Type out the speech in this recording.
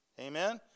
Amen